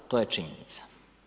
To je činjenica.